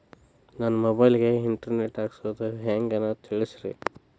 ನನ್ನ ಮೊಬೈಲ್ ಗೆ internet ಹಾಕ್ಸೋದು ಹೆಂಗ್ ಅನ್ನೋದು ತಿಳಸ್ರಿ